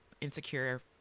insecure